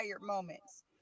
moments